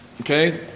Okay